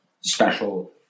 special